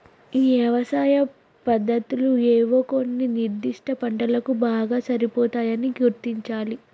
యవసాయ పద్దతులు ఏవో కొన్ని నిర్ధిష్ట పంటలకు బాగా సరిపోతాయని గుర్తించాలి